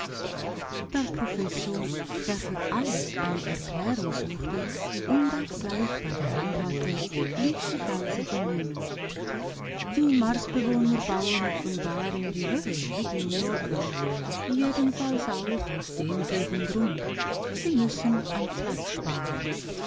der professor der für alles eine erklärung suchte und auch gleich bei der hand hatte ließ sich also vernehmen die marsbewohner bauen offenbar in die höhe wie die newyorker jedenfalls auch aus demselben grund sie müssen an platz sparen